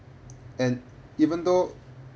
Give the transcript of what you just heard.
and even though